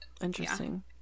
Interesting